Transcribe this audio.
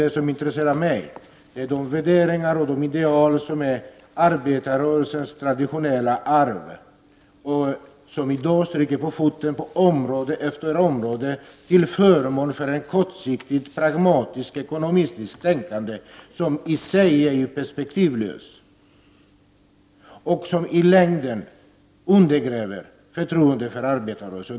Det som intresserar mig är de värderingar och ideal som är arbetarrörelsens traditionella arv och som i dag får stryka på foten på område efter område, till förmån för ett kortsiktigt, pragmatiskt, ekonomistiskt tänkande som i sig är perspektivlöst och som i längden undergräver förtroendet för arbetarrörelsen.